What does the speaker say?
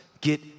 get